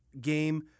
game